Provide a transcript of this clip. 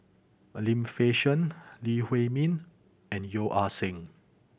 Lim Fei Shen Lee Huei Min and Yeo Ah Seng